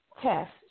Test